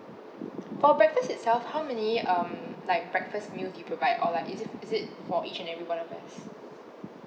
for breakfast itself how many um like breakfast meal do you provide or like is it is it for each and every one of us